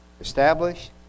Establish